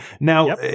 Now